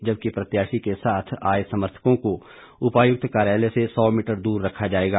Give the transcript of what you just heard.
जबकि प्रत्याशी के साथ आए समर्थकों को उपायुक्त कार्यालय से सौ मीटर दूर रखा जाएगा